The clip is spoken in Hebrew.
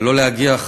ולא להגיע,